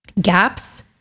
gaps